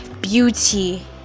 beauty